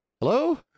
Hello